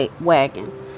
wagon